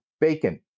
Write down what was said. Bacon